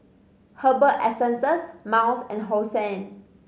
Herbal Essences Miles and Hosen